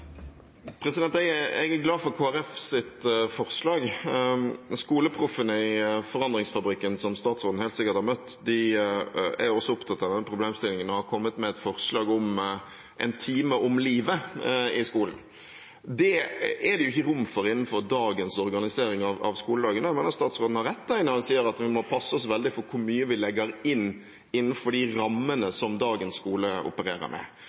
glad for Kristelig Folkepartis forslag. SkoleProffene i Forandringsfabrikken, som statsråden helt sikkert har møtt, er også opptatt av denne problemstillingen og har kommet med et forslag om en time om livet i skolen. Det er det jo ikke rom for innenfor dagens organisering av skoledagene. Jeg mener statsråden har rett når han sier at vi må passe oss veldig for hvor mye vi legger inn innenfor de rammene som dagens skole opererer med.